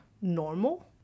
normal